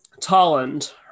Tolland